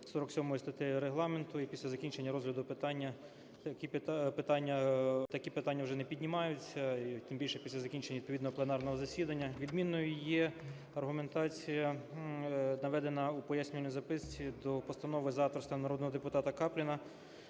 47 статтею Регламенту і після закінчення розгляду питання такі питання вже не піднімаються, тим більше після закінчення відповідного пленарного засідання. Відмінною є аргументація, наведена у пояснювальній записці до постанови за авторства народного депутатаКапліна.